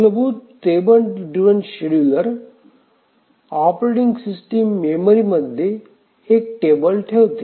मूलभूत table driven scheduler operating system मेमरीमध्ये एक टेबल ठेवते